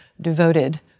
devoted